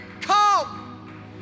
come